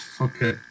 okay